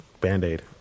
Band-Aid